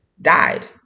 died